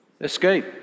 Escape